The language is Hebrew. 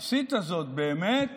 עשית זאת באמת